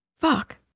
Fuck